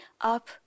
up